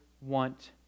want